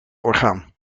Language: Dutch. orgaan